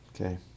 Okay